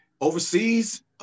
overseas